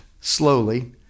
Slowly